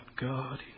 God